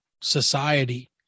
society